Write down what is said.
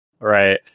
Right